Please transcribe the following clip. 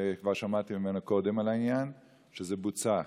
וכבר שמעתי ממנו קודם על העניין, שזה בוצע.